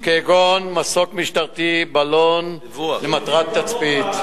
כגון מסוק משטרתי ובלון, למטרת תצפית.